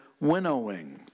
winnowing